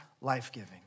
life-giving